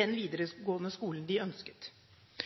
den videregående skolen de ønsket.